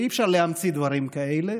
שאי-אפשר להמציא דברים כאלה.